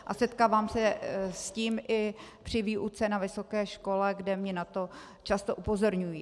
A setkávám se s tím i při výuce na vysoké škole, kde mě na to často upozorňují.